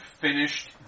finished